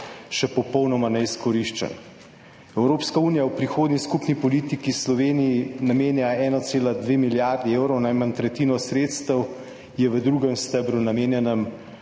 še popolnoma neizkoriščen. Evropska unija v prihodnji skupni politiki Sloveniji namenja 1,2 milijardi evrov. Najmanj tretjino sredstev je v drugem stebru, namenjenem